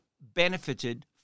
benefited